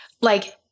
like-